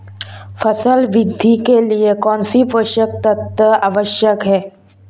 फसल वृद्धि के लिए कौनसे पोषक तत्व आवश्यक हैं?